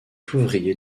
ouvrier